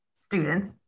students